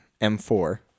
M4